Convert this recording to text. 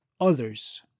others